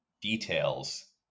details